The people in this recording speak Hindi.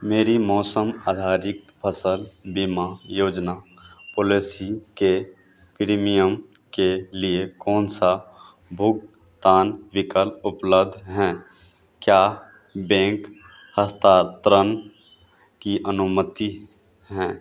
मेरी मौसम आधारित फसल बीमा योजना पॉलेसी के प्रीमियम के लिए कौन सा भुगतान विकल्प उपलब्ध हैं क्या बैंक हस्तारत्रन की अनुमति हैं